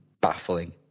baffling